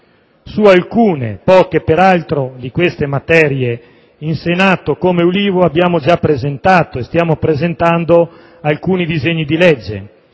Su alcune (poche peraltro) di queste materie, in Senato, come Gruppo dell'Ulivo, abbiamo già presentato e stiamo presentando alcuni disegni di legge: